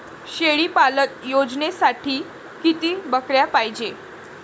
शेळी पालन योजनेसाठी किती बकऱ्या पायजे?